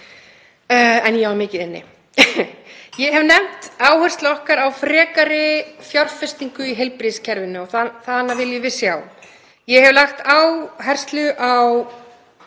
en ég á mikið inni. Ég hef nefnt áherslu okkar á frekari fjárfestingu í heilbrigðiskerfinu og hana viljum við sjá. Ég hef lagt áherslu á